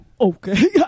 Okay